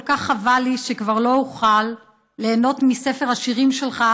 כל כך חבל לי שכבר לא אוכל ליהנות מספר השירים שלך